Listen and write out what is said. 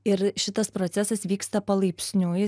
ir šitas procesas vyksta palaipsniui